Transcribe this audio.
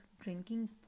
drinking